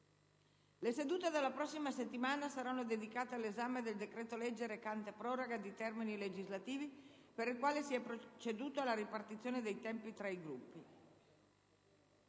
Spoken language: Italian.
Le sedute della prossima settimana saranno dedicate all'esame del decreto-legge recante proroga di termini legislativi, per il quale si è proceduto alla ripartizione dei tempi tra i Gruppi.